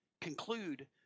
conclude